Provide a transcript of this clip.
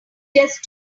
just